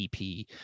ep